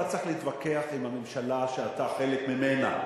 אתה צריך להתווכח עם הממשלה, שאתה חלק ממנה.